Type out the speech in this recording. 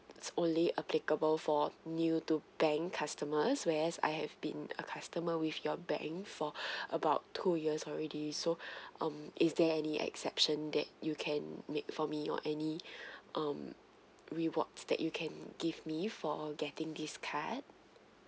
it's only applicable for new to bank customers whereas I have been a customer with your bank for about two years already so um is there any exception that you can make for me or um rewards that you can give me for getting this card